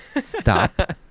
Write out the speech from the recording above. stop